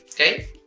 okay